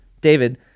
David